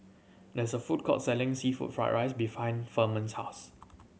there is a food court selling seafood fried rice behind Ferman's house